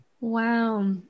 wow